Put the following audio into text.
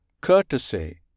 Courtesy